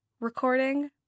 Recording